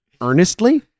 earnestly